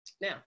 Now